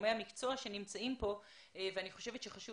לגורמי המקצוע שנמצאים כאן ואני חושבת שחשוב